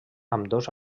ambdós